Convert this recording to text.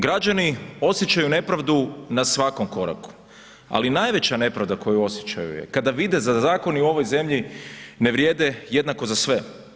Građani osjećaju nepravdu na svakom koraku, ali najveća nepravda koju osjećaju je kada vide da zakoni u ovoj zemlji ne vrijede jednako za sve.